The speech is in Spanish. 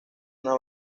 una